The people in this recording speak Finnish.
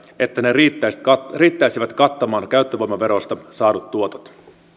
että ne riittäisivät riittäisivät kattamaan käyttövoimaverosta saadut tuotot